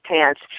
pants